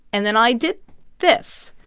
and then i did this.